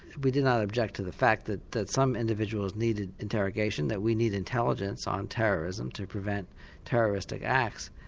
we did not object to the fact that that some individuals needed interrogation, that we need intelligence on terrorism to prevent terroristic acts.